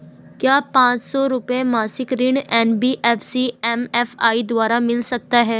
क्या पांच सौ रुपए मासिक ऋण एन.बी.एफ.सी एम.एफ.आई द्वारा मिल सकता है?